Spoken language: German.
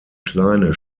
kleine